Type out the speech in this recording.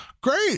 great